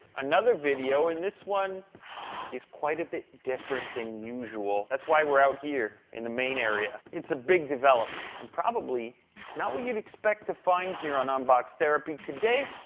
another video. and this one is quite a bit different than usual that's why we're out here in the main area it's a big develop and probably not what you'd expect to find here on unbox therapy today,